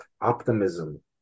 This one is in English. optimism